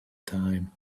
time